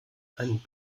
einen